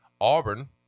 Auburn